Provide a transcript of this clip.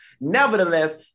Nevertheless